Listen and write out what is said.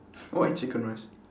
what about chicken rice